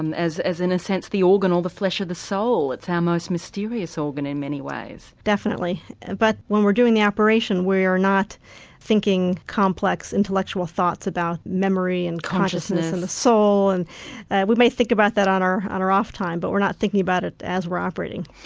um as as in a sense the organ or the flesh of the soul, it's our ah most mysterious organ in many ways. definitely but when we're doing the operation we are not thinking complex intellectual thoughts about memory and consciousness and the soul. and we may think about that on our on our off time but we're not thinking about it as we're operating.